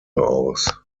aus